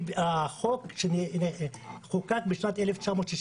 החוק חוקק בשנת 1964